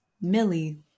Millie